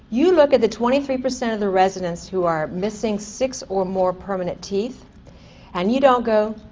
you look at the twenty three percent of the residents who are missing six or more permanent teeth and you don't go